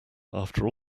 after